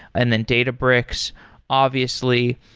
and then data breaks obviously,